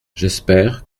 j’espère